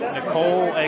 Nicole